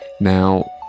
Now